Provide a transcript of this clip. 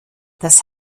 das